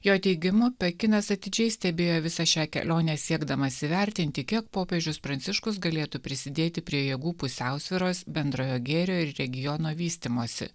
jo teigimu pekinas atidžiai stebėjo visą šią kelionę siekdamas įvertinti kiek popiežius pranciškus galėtų prisidėti prie jėgų pusiausvyros bendrojo gėrio ir regiono vystymosi